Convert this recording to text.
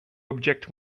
object